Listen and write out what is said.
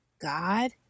God